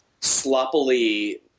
sloppily